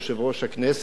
שעזר לי מאוד,